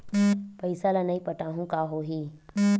पईसा ल नई पटाहूँ का होही?